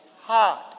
heart